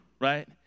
right